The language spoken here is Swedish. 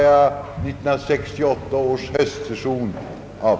Tack, herr talman!